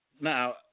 now